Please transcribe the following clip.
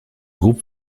groupe